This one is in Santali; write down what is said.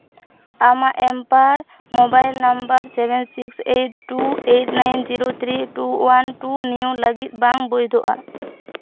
ᱟᱢᱟᱜ ᱮᱢᱯᱟᱨ mobile number seven six eight two eight nine zero three two one two ᱵᱤᱭᱟᱹ ᱠᱟᱹᱜᱤᱫ ᱵᱟᱝ ᱶᱚᱭᱫᱷᱚᱜᱼᱟ